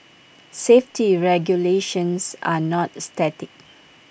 safety regulations are not static